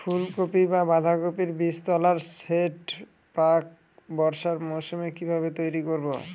ফুলকপি বা বাঁধাকপির বীজতলার সেট প্রাক বর্ষার মৌসুমে কিভাবে তৈরি করব?